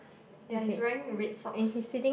ya he's wearing red socks